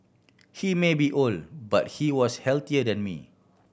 he may be old but he was healthier than me